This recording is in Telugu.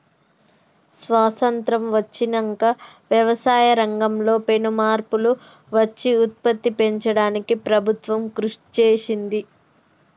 స్వాసత్రం వచ్చినంక వ్యవసాయ రంగం లో పెను మార్పులు వచ్చి ఉత్పత్తి పెంచడానికి ప్రభుత్వం కృషి చేసింది